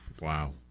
wow